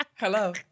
Hello